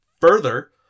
further